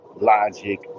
Logic